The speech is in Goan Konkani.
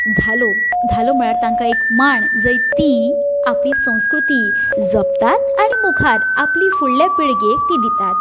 धालो धालो म्हळ्यार तांकां एक मांड जंय तीं आपली संस्कृती जपतात आनी मुखार आपल्या फुडल्या पिळगेक ती दितात